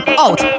out